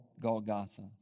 Golgotha